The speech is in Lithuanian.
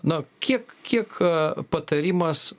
na kiek kiek patarimas